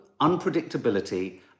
Unpredictability